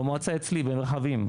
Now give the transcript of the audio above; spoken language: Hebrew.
במועצה אצלי במרחבים.